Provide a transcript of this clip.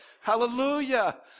Hallelujah